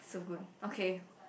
so good okay